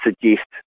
suggest